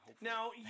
Now